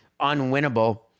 unwinnable